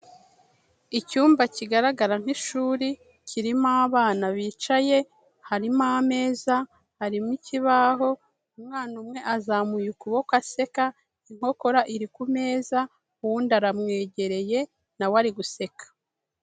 Icyumba kigaragara nk'ishuri kirimo abana bicaye, harimo ameza harimo ikibaho umwana umwe azamuye ukuboko aseka inkokora iri kumeza uwundi aramwegereye nawe ari guseka.